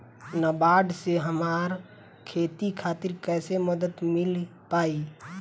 नाबार्ड से हमरा खेती खातिर कैसे मदद मिल पायी?